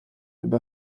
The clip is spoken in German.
über